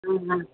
ஆமாம்